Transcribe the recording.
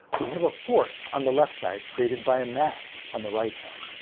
we have a force on the left side, created by mass on the right side.